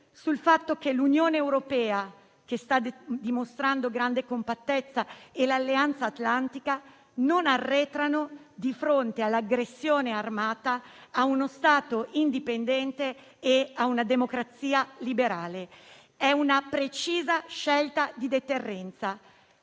sul fatto che l'Unione europea, che sta dimostrando grande compattezza, e l'Alleanza atlantica non arretrano di fronte all'aggressione armata a uno Stato indipendente e a una democrazia liberale. È una precisa scelta di deterrenza